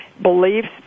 beliefs